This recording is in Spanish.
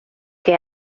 qué